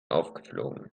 aufgeflogen